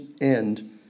end